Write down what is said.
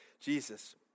Jesus